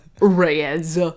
reyes